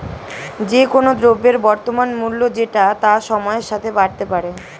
যে কোন দ্রব্যের বর্তমান মূল্য যেটা তা সময়ের সাথে বাড়তে পারে